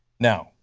now,